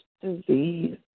disease